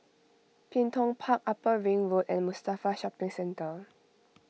Bin Tong Park Upper Ring Road and Mustafa Shopping Centre